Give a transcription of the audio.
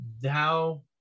Thou